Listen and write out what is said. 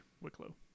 Wicklow